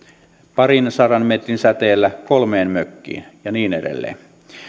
parinsadan metrin säteellä kolmeen mökkiin ja niin edelleen